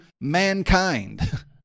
mankind